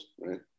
right